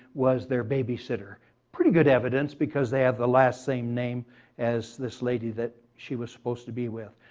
was their babysitter pretty good evidence because they have the last same name as this lady that she was supposed to be with.